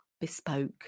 bespoke